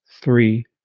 three